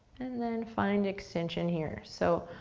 and then find extension here. so,